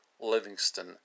Livingston